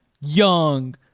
young